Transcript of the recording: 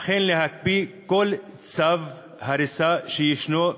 אכן להקפיא כל צו הריסה שישנו,